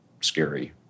scary